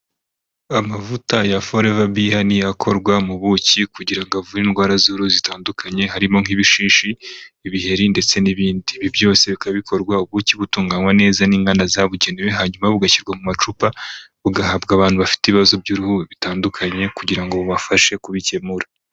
Amavuta ya foreva biya niyo akorwa mu buki kugirango avure indwara z'uruhu zitandukanye harimo nk'ibishishi ibiheri ndetse n'ibindi. Ibi byose bikaba bikorwa, ubuki butunganywa neza n'inganda zabugenewe hanyuma bugashyirwa mu macupa bugahabwa abantu bafite ibibazo by'uruhu bitandukanye kugira ngo bubafashe kubikemura.